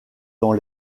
dans